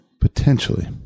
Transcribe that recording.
Potentially